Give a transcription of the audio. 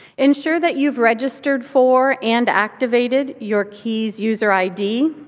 ensure that you've registered for and activated your qies user id.